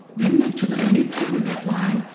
then move to the midpoint of that line,